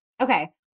Okay